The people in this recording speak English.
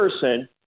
person